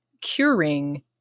Curing